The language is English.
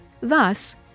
Thus